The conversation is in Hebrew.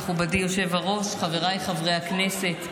מכובדי היושב-ראש, חבריי חברי הכנסת,